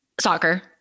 Soccer